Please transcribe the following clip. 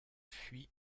fuit